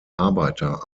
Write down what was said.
arbeiter